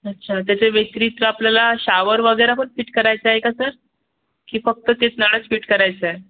अच्छा त्याच्या व्यतिरिक आपल्याला शावर वगैरे पण फिट करायचा आहे का सर की फक्त तेच नळच फिट करायचं आहे